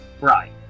Right